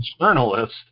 journalist